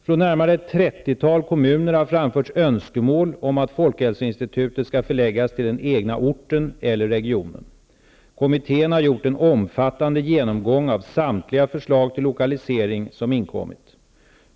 Från närmare ett trettiotal kommuner har framförts önskemål om att folkhälsoinstitutet skall förläggas till den egna orten eller regionen. Kommittén har gjort en omfattande genomgång av samtliga förslag till lokalisering som inkommit.